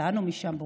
יצאנו משם בשלום,